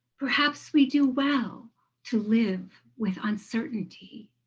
perhaps we do well to live with uncertainty.